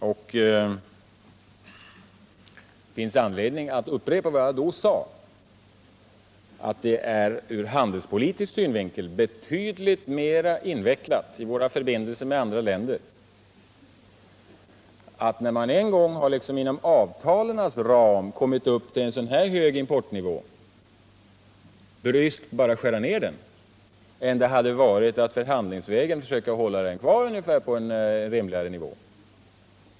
Det finns anledning att upprepa = rådet vad jag tidigare sade, nämligen att det ur handelspolitisk synvinkel är betydligt mera invecklat att när man en gång inom avtalens ram kommit upp till en så här hög importnivå bara bryskt skära ned denna än det hade varit att förhandlingsvägen försöka hålla importen kvar på en rimligare nivå.